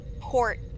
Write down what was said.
port